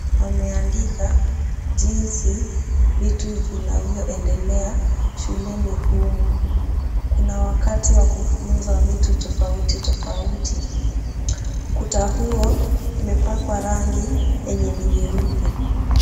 Wameandika jinsi vitu vinavyoendelea shuleni humu. Kuna wakati wa kufunzwa vitu tofauti tofauti. Ukuta huo umepakwa rangi yenye ni nyeupe.